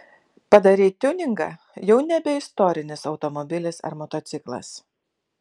padarei tiuningą jau nebe istorinis automobilis ar motociklas